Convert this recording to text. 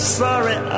sorry